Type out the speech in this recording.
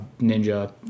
Ninja